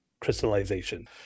crystallization